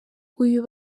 uyu